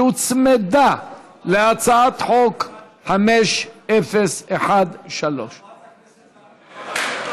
שהוצמדה להצעת חוק 5013. חברת הכנסת זנדברג,